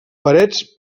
parets